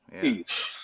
Peace